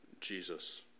Jesus